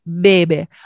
baby